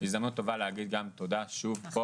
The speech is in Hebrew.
הזדמנות טובה גם להגיד תודה שוב פה,